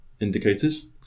indicators